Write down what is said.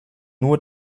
nur